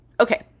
okay